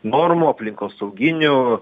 normų aplinkosauginių